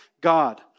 God